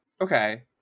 Okay